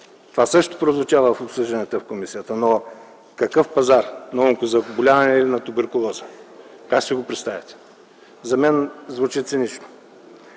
Това също прозвуча в обсъжданията в комисията. Но какъв пазар – на онкозаболяванията и на туберкулозата?! Как си го представяте?! За мен звучи цинично!